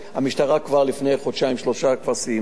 המשטרה כבר לפני חודשיים-שלושה סיימה.